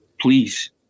Please